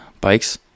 bikes